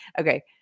Okay